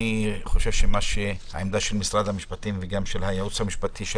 ואני חושב שהעמדה של משרד המשפטים וגם של הייעוץ המשפטי של